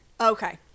Okay